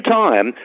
time